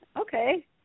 Okay